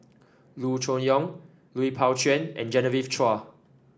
Loo Choon Yong Lui Pao Chuen and Genevieve Chua